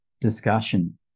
discussion